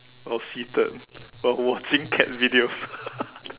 I was seated while watching cat videos